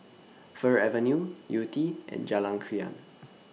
Fir Avenue Yew Tee and Jalan Krian